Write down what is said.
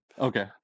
Okay